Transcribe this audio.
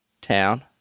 town